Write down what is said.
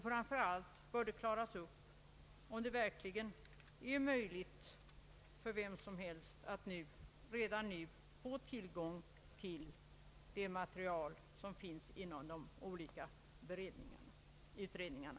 Framför allt bör det klaras upp hur det förhåller sig med möjligheten att redan under en pågående utredning få tillgång till det material som finns inom de olika utredningarna.